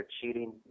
cheating